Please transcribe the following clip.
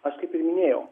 aš kaip ir minėjau